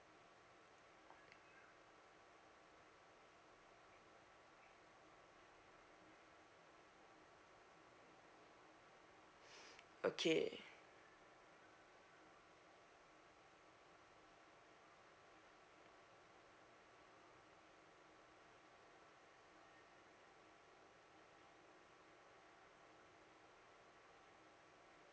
okay